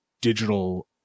digital